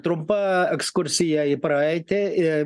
trumpa ekskursija į praeitį į